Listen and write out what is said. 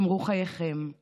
שמרו חייכם /